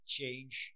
change